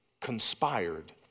conspired